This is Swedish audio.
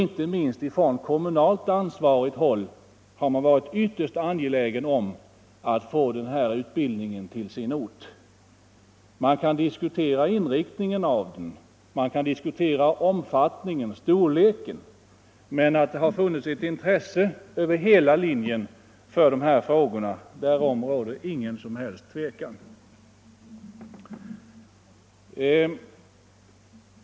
Inte minst på kommunalt ansvarigt håll har man varit ytterst angelägen om att få denna utbildning till sin ort. Man kan diskutera inriktningen och omfattningen av utbildningen, men att det har funnits ett intresse över hela linjen för dessa frågor råder det inget som helst tvivel om.